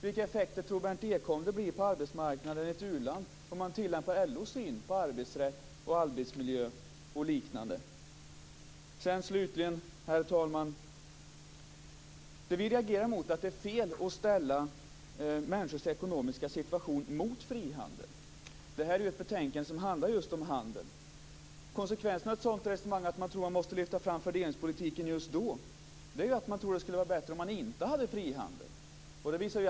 Vilka effekter tror Berndt Ekholm att det blir på arbetsmarknaden i ett u-land om man tillämpar LO:s syn på arbetsrätt, arbetsmiljö och liknande? Slutligen, herr talman, vill jag säga att vi reagerar därför att vi anser att det är fel att ställa människors ekonomiska situation mot frihandel. Det här är ett betänkande som handlar om just handel. Konsekvenserna av ett sådant resonemang att man tror att man måste lyfta fram fördelningspolitiken just då är att man tror att det skulle vara bättre om man inte hade frihandel.